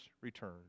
return